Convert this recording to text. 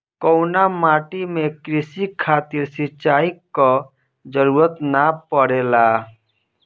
कउना माटी में क़ृषि खातिर सिंचाई क जरूरत ना पड़ेला?